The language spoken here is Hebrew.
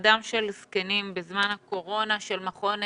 האדם של זקנים בזמן הקורונה של מכון זולת.